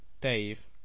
Dave